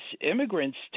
immigrants